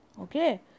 Okay